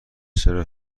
چرا